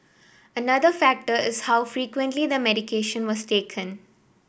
another factor is how frequently the medication was taken